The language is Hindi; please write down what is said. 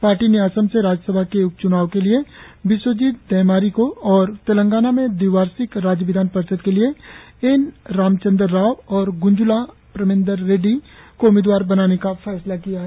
पार्टी ने असम से राज्यसभा के उपच्नाव के लिए बिस्वजीत डैमरी को और तेलंगाना में दविवार्षिक राज्य विधान परिषद के लिए एन रामचन्दर राव और ग्ज्ज्ला प्रेमेन्दर रेड्डी को उम्मीदवार बनाने का फैसला किया है